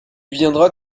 viendras